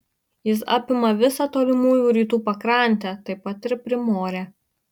jis apima visą tolimųjų rytų pakrantę taip pat ir primorę